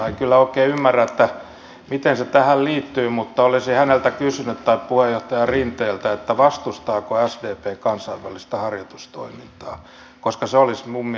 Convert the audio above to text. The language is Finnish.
en kyllä oikein ymmärrä miten se tähän liittyy mutta olisin kysynyt häneltä tai puheenjohtaja rinteeltä vastustaako sdp kansainvälistä harjoitustoimintaa koska se olisi minulle uusi uutinen